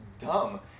dumb